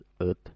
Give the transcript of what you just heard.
earth